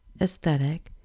aesthetic